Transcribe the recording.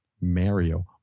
Mario